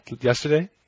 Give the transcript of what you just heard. yesterday